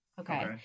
Okay